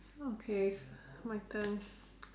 okay it's my turn